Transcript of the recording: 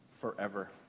forever